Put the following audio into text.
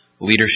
leadership